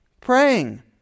praying